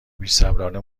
بیصبرانه